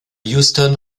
houston